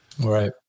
right